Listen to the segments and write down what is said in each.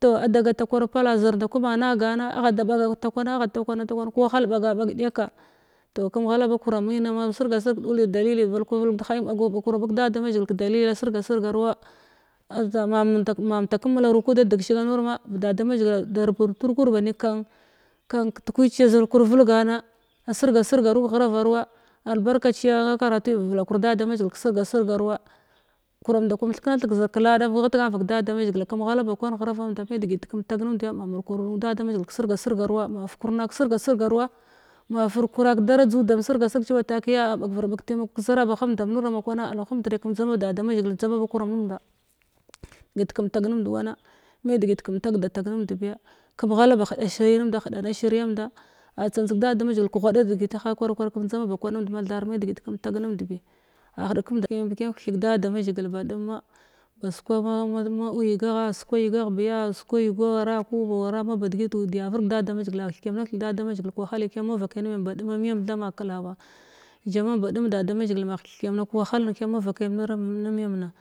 Toh ada gata kwar palla zir nda kwa ma gana agha da ɓaga takwa agha takwan wahal ɓaga ɓag ɗekka to kum ghala ba kuramina amsirga sirg kadʊa dalili bagkura bag da damazhigil kədaliliya sirga sirga ruwa a ma mmutak a kum mularu kuda digshiga am nurama ba da damazhila da pulku bomin ka n kan tukwiciya vulkur vulgana a sirga sirgaru ghrava ruwa albakarciya á karatu vulakur da damazhigil kəsirga sivga ruwa kuran da ma theknathig tha kilada vaka gatgans vak da da mazhigila kəm ghala ba kwan ghravamda me digit kem tagnumdya ba mulkuru da damazhigil kesinga sir garuwa ma fukurna kesirgassir garuwa ma fukura kədaradz uda am sirga sirg cewa takiya a a ɓag vara bag kətaimaku kezira bamnda am nuram kwana alhamdri kum dzama da damazhigil dmana ba kurum nnemda digit kem tag nnumnd wana me digit kem tag datag nnemnd biya kəm ghala ba shiɓa ashirin nnumda hida ba shiruyamda a tsantsig da damazhigil keghada digit hakwar kwar kum dzama ba kwan nnumf mathat me digit kem tag nnumndiu da damazhigil ba a damma bama ma igagha su kwa yighagh biya kwa yiga wara ku ba wara maba digit dud ya virdigda damazhigil a kithkiyam na kithig da damazhigil kəwahallin kiyam mavakai nim yam ba dama miyam tham klawa jaman baɗum da damazhigil ma hikykiyamna kewahal, kiyam mavakai nimyamina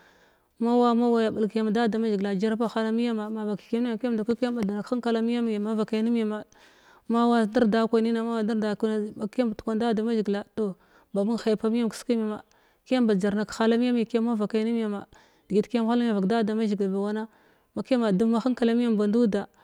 ma wa maya abulkiyma da da mazhigil jaraba hala niyama ma ba kithkiyam nan kiyam ndakwi kiyam bathina kəhenkala miyami mabakai mimyam mall wa ndirda kwanimna manna ɓakkiyan ndkwan da damazhigila toh ba mung haipa miyam keskim yama kiyam ba gyar na ke hala miyami kiyam mavakai nimyama digit kiyam ghalg nimgam vaka da damazhigil ba wana makiyama dum ma hankala miyam band duda.